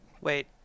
Wait